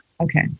Okay